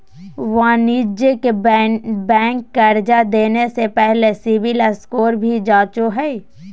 वाणिज्यिक बैंक कर्जा देने से पहले सिविल स्कोर भी जांचो हइ